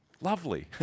Lovely